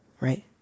Right